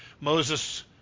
Moses